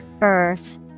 Earth